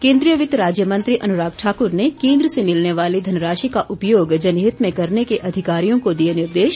केंद्रीय वित्त राज्य मंत्री अनुराग ठाकुर ने केंद्र से मिलने वाली धनराशि का उपयोग जनहित में करने के अधिकारियों को दिए निर्देश